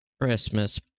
Christmas